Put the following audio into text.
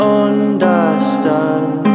understand